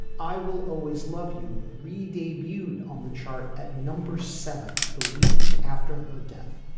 i will always love you re debuted on the chart at number seven the week after her death,